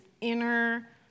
inner